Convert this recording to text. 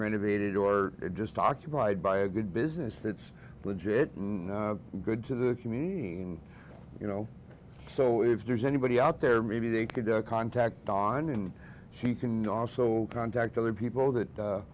renovated or just occupied by a good business that's legit and good to the community and you know so if there's anybody out there maybe they could contact donna and she can also contact other people that